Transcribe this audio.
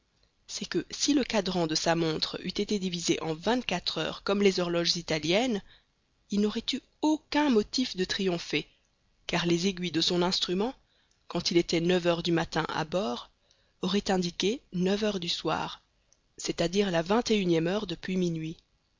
c'est que si le cadran de sa montre eût été divisé en vingt-quatre heures comme les horloges italiennes il n'aurait eu aucun motif de triompher car les aiguilles de son instrument quand il était neuf heures du matin à bord auraient indiqué neuf heures du soir c'est-à-dire la vingt et unième heure depuis minuit